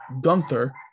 Gunther